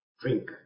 Drink